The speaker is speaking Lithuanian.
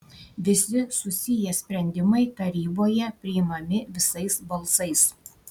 visi susiję sprendimai taryboje priimami visais balsais